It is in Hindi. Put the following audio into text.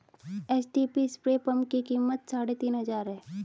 एचटीपी स्प्रे पंप की कीमत साढ़े तीन हजार है